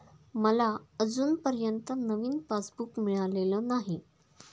मला अजूनपर्यंत नवीन पासबुक मिळालेलं नाही